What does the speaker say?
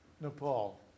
Nepal